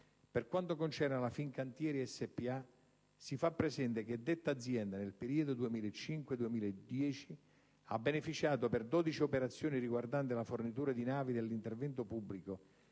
Per quanto concerne la Fincantieri spa, si fa presente che detta azienda, nel periodo 2005-2010, ha beneficiato, per 12 operazioni riguardanti la fornitura di navi, dell'intervento pubblico,